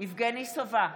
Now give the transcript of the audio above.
יבגני סובה,